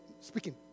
speaking